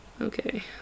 Okay